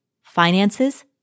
Finances